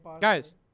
Guys